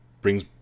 brings